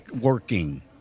working